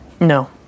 No